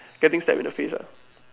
getting slapped in the face ah